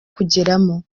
kugeramo